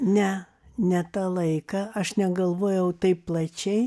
ne ne tą laiką aš negalvojau taip plačiai